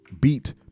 beat